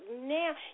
now